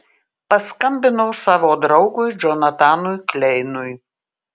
paskambinau savo draugui džonatanui kleinui